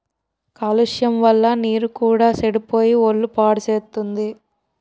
కాలుష్యం వల్ల నీరు కూడా సెడిపోయి ఒళ్ళు పాడుసేత్తుంది